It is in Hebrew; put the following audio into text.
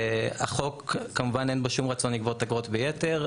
בחוק, כמובן, אין שום רצון לגבות אגרות ביתר.